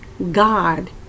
God